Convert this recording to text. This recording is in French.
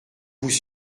vous